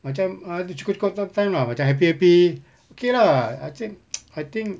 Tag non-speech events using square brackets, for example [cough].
macam ah cukup cukup past time lah macam happy happy okay lah I think [noise] I think